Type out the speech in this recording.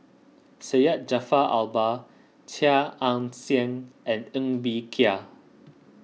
Syed Jaafar Albar Chia Ann Siang and Ng Bee Kia